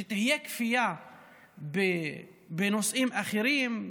שתהיה כפייה בנושאים אחרים,